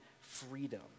freedom